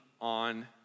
on